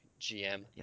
GM